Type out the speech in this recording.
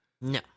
No